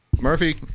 Murphy